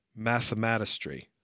Mathematistry